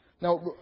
Now